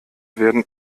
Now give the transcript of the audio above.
werden